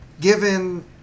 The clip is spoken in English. Given